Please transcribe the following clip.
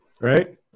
right